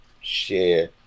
share